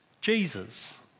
Jesus